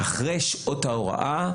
אחרי שעות ההוראה,